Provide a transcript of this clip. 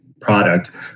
product